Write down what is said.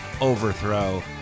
overthrow